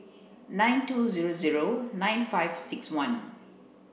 nine two nine five six one